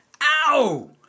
Ow